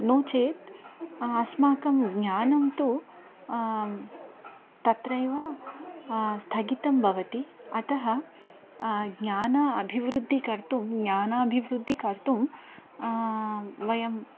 नो चेत् अस्माकं ज्ञानं तु तत्रैव स्थगितं भवति अतः ज्ञानम् अभिवृद्धिं कर्तुं ज्ञानाभिवृद्धिं कर्तुं वयम्